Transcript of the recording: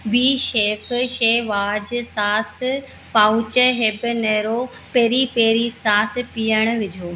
बीशेफ शेहवाज sauce pouch habanero peri peri sauce पिण विझो